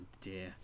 dear